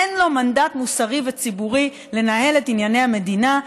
אין לו מנדט מוסרי וציבורי לנהל את ענייני המדינה,